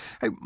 Hey